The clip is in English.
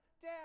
Dad